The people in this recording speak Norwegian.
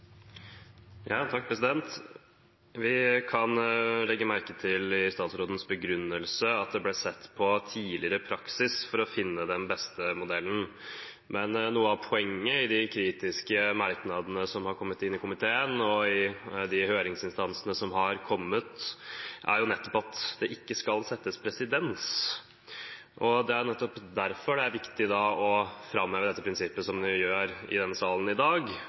sett på tidligere praksis for å finne den beste modellen. Men noe av poenget i de kritiske merknadene som har kommet inn til komiteen og i høringsuttalelsene, er jo nettopp at det ikke skal settes presedens. Det er nettopp derfor det er viktig å framheve dette prinsippet i denne salen i dag,